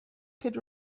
pit